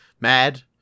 Mad